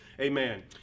Amen